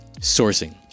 sourcing